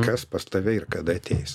kas pas tave ir kada ateis